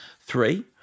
three